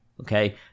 okay